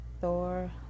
Thor